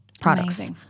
products